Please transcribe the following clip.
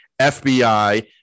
FBI